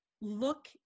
look